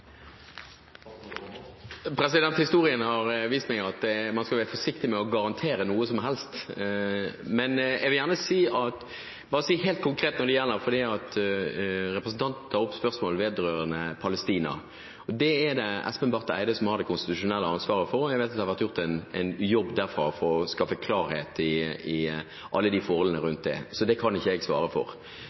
fanger? Historien har vist meg at man skal være forsiktig med å garantere noe som helst. Men når representanten tar opp spørsmål vedrørende Palestina, vil jeg si at det er det utenriksminister Espen Barth Eide som har det konstitusjonelle ansvaret for. Jeg vet at det har blitt gjort en jobb derfra for å skaffe klarhet i alle forholdene rundt det, men det kan ikke jeg svare for.